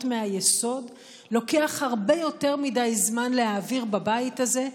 מהיסוד לוקח הרבה יותר מדי זמן להעביר בבית הזה,